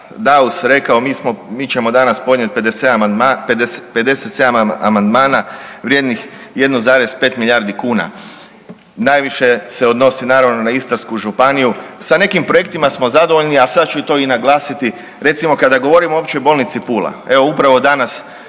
Daus rekao mi ćemo danas podnijeti 57 amandmana, vrijednih 1,5 milijardi kuna. Najviše se odnosi naravno na Istarsku županiju. Sa nekim projektima smo zadovoljni, a sad ću to i naglasiti, recimo kada govorimo o Općoj bolnici Pula, evo upravo danas